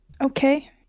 Okay